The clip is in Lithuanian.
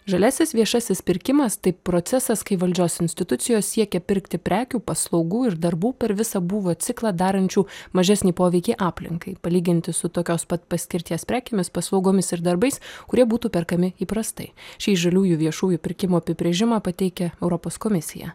žaliasis viešasis pirkimas tai procesas kai valdžios institucijos siekia pirkti prekių paslaugų ir darbų per visą būvio ciklą darančių mažesnį poveikį aplinkai palyginti su tokios pat paskirties prekėmis paslaugomis ir darbais kurie būtų perkami įprastai šį žaliųjų viešųjų pirkimų apibrėžimą pateikia europos komisija